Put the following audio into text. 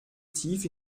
tief